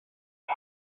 his